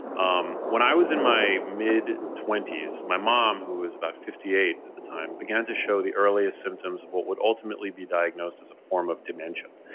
um when i was in my mid twenty s my mom who was about fifty eight at the time, began to show the earliest symptoms of what would ultimately be diagnosed as a form of dementia.